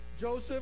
Joseph